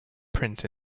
print